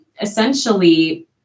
essentially